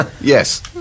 Yes